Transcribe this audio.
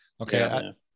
Okay